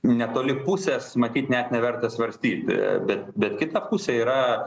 netoli pusės matyt net neverta svarstyt bet bet kita pusė yra